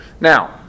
Now